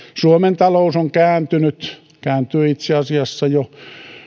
suomen talous on kääntynyt kääntyi itse asiassa jo